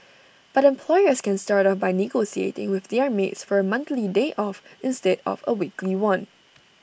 but employers can start off by negotiating with their maids for A monthly day off instead of A weekly one